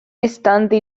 estante